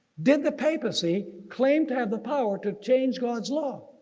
did the papacy claim to have the power to change god's law?